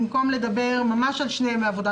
במקום לדבר ממש על שני ימי עבודה,